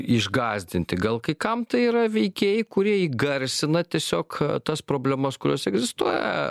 išgąsdinti gal kai kam tai yra veikėjai kurie įgarsina tiesiog tas problemas kurios egzistuoja